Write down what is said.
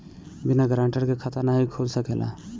बिना गारंटर के खाता नाहीं खुल सकेला?